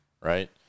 right